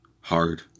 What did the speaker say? hard